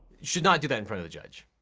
should not do that in front of the judge.